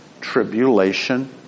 tribulation